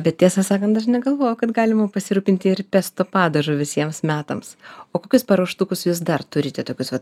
bet tiesą sakant aš negalvojau kad galima pasirūpinti ir pesto padažu visiems metams o kokius paruoštukus jūs dar turite tokius vat